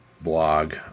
blog